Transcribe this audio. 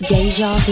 Deja